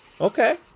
Okay